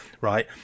right